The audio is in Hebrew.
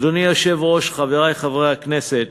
אדוני היושב-ראש, חברי חברי הכנסת,